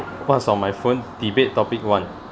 what's on my phone debate topic one